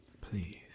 Please